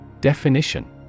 Definition